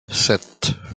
sept